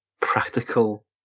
practical